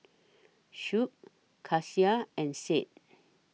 Shuib Kasih and Said